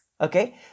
Okay